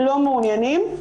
לא מעוניינים.